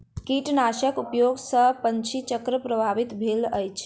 कीटनाशक उपयोग सॅ पंछी चक्र प्रभावित भेल अछि